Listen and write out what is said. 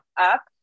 up